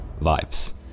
vibes